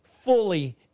fully